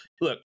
Look